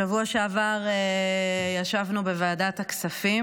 שבוע שעבר ישבנו בוועדת כספים.